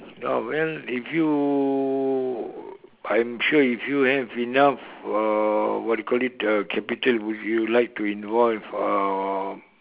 uh well if you I'm sure if you have enough uh what you call it a capital would you like to involve uh